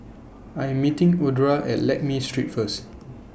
I Am meeting Audra At Lakme Street First